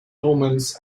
omens